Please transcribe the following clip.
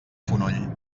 fonoll